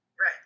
Right